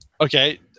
Okay